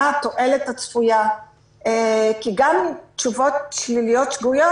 מה התועלת הצפויה כי גם תשובות שליליות שגויות,